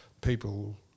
people